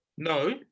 No